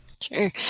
Sure